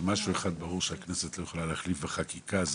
שאם יש דבר שהכנסת לא יכולה להחליף בחקיקה,